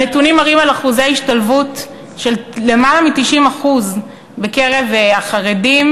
הנתונים מראים אחוזי השתלבות של למעלה מ-90% בקרב החרדים,